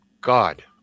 god